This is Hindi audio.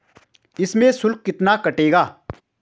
इसमें शुल्क कितना कटेगा?